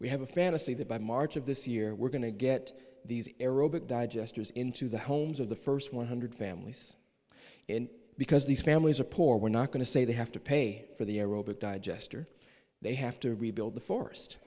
we have a fantasy that by march of this year we're going to get these aerobic digesters into the homes of the first one hundred families and because these families are poor we're not going to say they have to pay for the aerobic digester they have to rebuild the forest